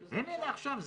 הנה, מעכשיו.